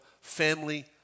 family